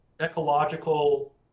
ecological